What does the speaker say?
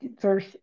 Verse